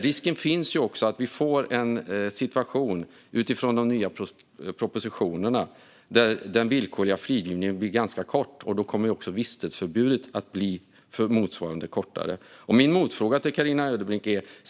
Risken finns att de nya propositionerna innebär att tiden för den villkorliga frigivningen blir kort, och då kommer också vistelseförbudet att bli motsvarande kortare.